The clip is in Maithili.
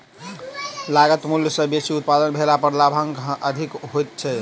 लागत मूल्य सॅ बेसी उत्पादन भेला पर लाभांश अधिक होइत छै